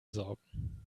sorgen